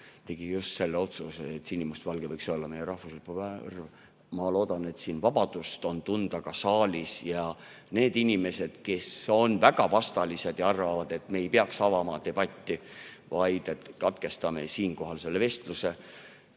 Selts tegi otsuse, et sinimustvalge võiks olla meie rahvuslipu värv, on vabadust tunda ka siin saalis, ja need inimesed, kes on väga vastalised ja arvavad, et me ei peaks avama debatti, vaid katkestama siinkohal selle vestluse,